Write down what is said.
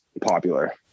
popular